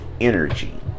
energy